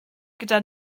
gyda